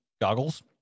goggles